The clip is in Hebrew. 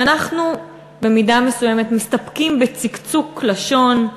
ואנחנו, במידה מסוימת, מסתפקים בצקצוק לשון,